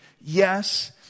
yes